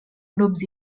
grups